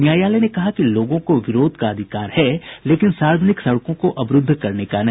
न्यायालय ने कहा कि लोगों को विरोध का अधिकार है लेकिन सार्वजनिक सड़कों को अवरूद्ध करने का नहीं